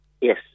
Yes